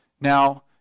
Now